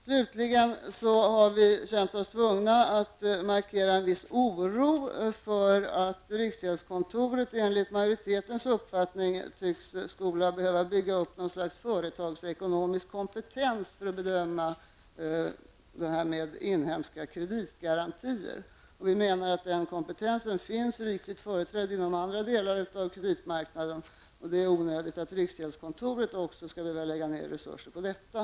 Slutligen har vi känt oss tvungna att markera en viss oro för att riksgäldskontoret enligt majoritetens uppfattning tycks anses behöva bygga upp något slags företagsekonomisk kompetens för bedömning av inhemska kreditgarantier. Vi menar att denna kompetens finns rikligt företrädd inom andra delar av kreditmarknaden, varför det är onödigt att också riksgäldskontoret skall lägga ned resurser på detta.